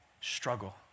struggle